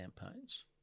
campaigns